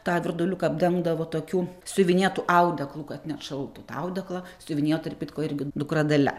tą virduliuką apdengdavo tokiu siuvinėtu audeklu kad neatšaltų tą audeklą siuvinėjo tarp kitko irgi dukra dalia